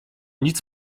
nic